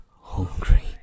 hungry